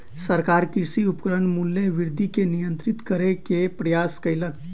सरकार कृषि उपकरणक मूल्य वृद्धि के नियंत्रित करै के प्रयास कयलक